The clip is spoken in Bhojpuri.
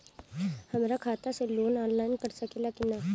हमरा खाता से लोन ऑनलाइन कट सकले कि न?